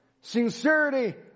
Sincerity